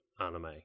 anime